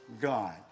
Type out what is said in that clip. God